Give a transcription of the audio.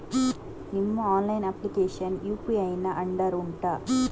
ನಿಮ್ಮ online application UPI ನ under ಉಂಟಾ